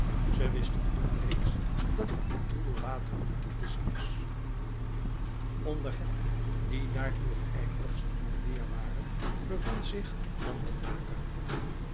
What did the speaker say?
ze wisten toen reeds dat het in troebel water goed visschen is onder hen die daartoe het ijverigst in de weer waren bevond zich